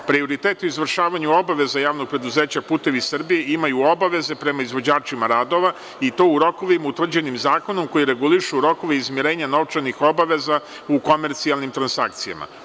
Prioritet u izvršavanju obaveza Javnog preduzeća „Putevi Srbije“ imaju obaveze prema izvođačima radova i to u rokovima utvrđenim zakonom koji regulišu rokovi izmirenja novčanih obaveza u komercijalnim transakcijama.